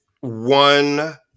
one